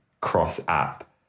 cross-app